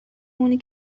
اونی